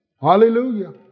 Hallelujah